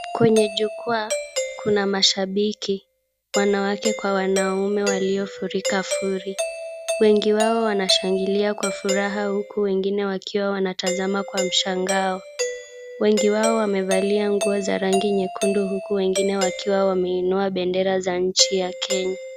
Kwenye jukwaa kuna mashabiki wanawake kwa wanaume waliofurika furi, wengi wao wanashangilia kwa furaha huku wengine wakiwa wanatazama kwa mshangao, wengi wao wamevalia nguo za rangi nyekundu huku wengi wakiwa wameinuwa bendera za nchi ya Kenya.